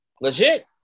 Legit